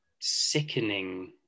sickening